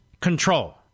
control